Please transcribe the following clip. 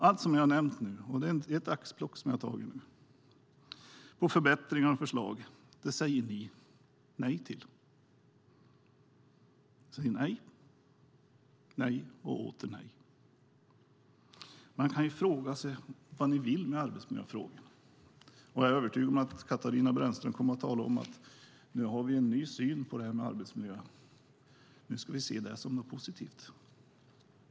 Allt det som jag nämnt - ett axplock - om förbättringar och förslag säger ni nej till. Ni säger nej, nej och åter nej. Man kan fråga sig vad ni vill med arbetsmiljöfrågorna. Jag hörde att Katarina Brännström ska tala om en ny syn på arbetsmiljön. Den ska ses som något positivt.